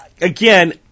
Again